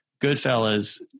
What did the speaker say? Goodfellas